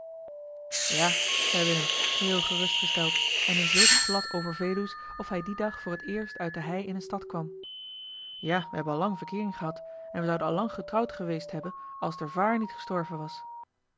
ja zei willem geheel gerustgesteld en in zulk plat overveluwsch of hij dien dag voor het eerst uit de hei in eene stad kwam ja we hebben al lang verkeering gehad en we zouden al lang getrouwd geweest hebben als der vââr niet gestorven was